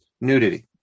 nudity